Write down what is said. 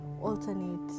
alternate